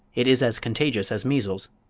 it is as contagious as measles.